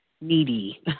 needy